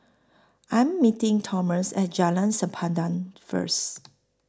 I Am meeting Tomas At Jalan Sempadan First